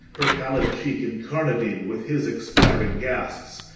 her pallid cheek incarnadined with his expiring gasps.